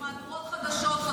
במהדורות חדשות לדבר על זה,